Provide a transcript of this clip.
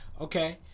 Okay